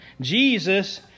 Jesus